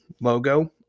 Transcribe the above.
logo